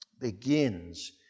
begins